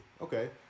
Okay